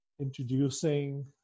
introducing